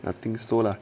I think so lah